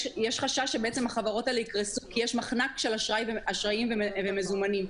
חשש שהחברות האלה יקרסו כי יש מחנק של אשראים ומזומנים.